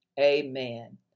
Amen